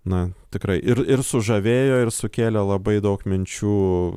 na tikrai ir ir sužavėjo ir sukėlė labai daug minčių